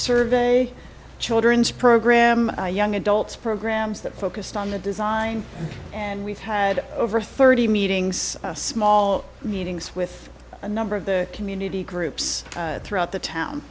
survey children's program young adults programs that focused on the design and we've had over thirty meetings small meetings with a number of the community groups throughout the town